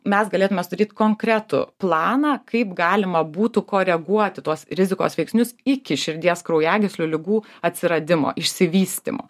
mes galėtume sudaryt konkretų planą kaip galima būtų koreguoti tuos rizikos veiksnius iki širdies kraujagyslių ligų atsiradimo išsivystymo